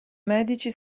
medici